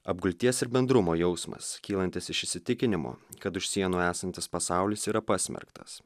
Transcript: apgulties ir bendrumo jausmas kylantis iš įsitikinimo kad už sienų esantis pasaulis yra pasmerktas